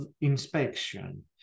inspection